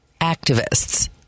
activists